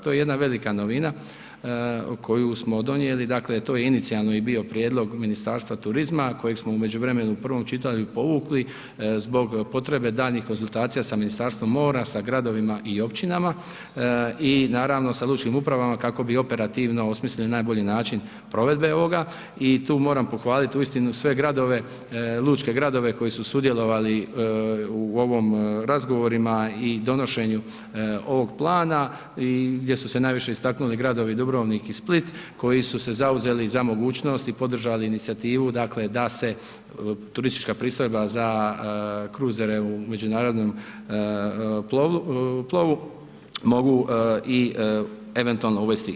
To je jedna velika novina koju smo donijeli dakle to je inicijalno i bio prijedlog Ministarstva turizma kojeg smo u međuvremenu u prvom čitanju povukli zbog potrebe daljnjih konzultacija sa Ministarstvom mora, sa gradovima i općinama i naravno sa lučkim upravama kako bi operativno osmislili najbolji način provedbe ovoga i tu moram pohvaliti uistinu sve gradove, lučke gradove koji su sudjelovali u ovom razgovorima i donošenju ovog plana i gdje su se najviše istaknuli gradovi Dubrovnik i Split, koji su se zauzeli za mogućnost i podržali inicijativu dakle da se turistička pristojba za kruzere u međunarodnom plovu mogu i eventualno uvesti.